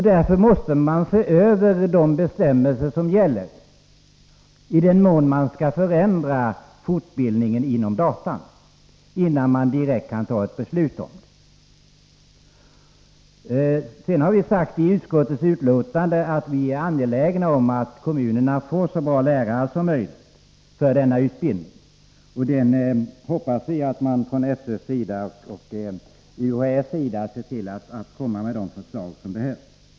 Därför måste vi se över de bestämmelser som gäller och i vilken mån man bör förändra fortbildningen inom dataområdet innan vi kan ta ett beslut om denna sak. I betänkandet har vi sagt att vi är angelägna om att kommunerna får så bra lärare som möjligt för denna utbildning. Vi hoppas att SÖ och UHÄ skall komma med de förslag som behövs.